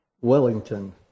Wellington